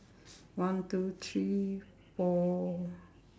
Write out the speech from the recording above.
one two three four